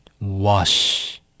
wash